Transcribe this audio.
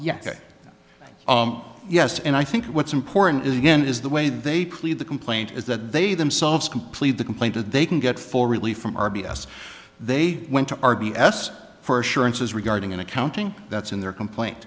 yes yes and i think what's important is again is the way they plead the complaint is that they themselves can plead the complaint that they can get full relief from r b s they went to r b s for assurances regarding an accounting that's in their complaint